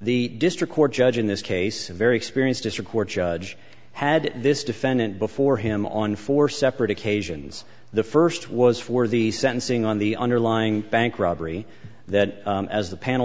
the district court judge in this case very experienced district court judge had this defendant before him on four separate occasions the first was for the sentencing on the underlying bank robbery that as the panel